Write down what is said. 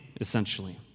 essentially